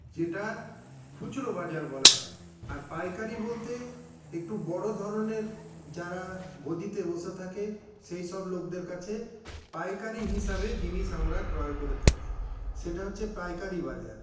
যেটা খুচরো বাজার বলা হয় আর পাইকারি বলতে একটু বড়ো ধরনের যারা গদিতে বসে থাকে সেইসব লোকদের কাছে পাইকারি হিসাবে জিনিস আমরা ক্রয় করে থাকি সেটা হচ্ছে পাইকারি বাজার